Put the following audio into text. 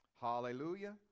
Hallelujah